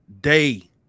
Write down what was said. day